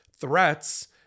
threats